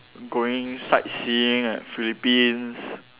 going sightseeing at Philippines